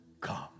come